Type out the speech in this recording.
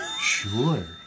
Sure